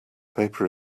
paper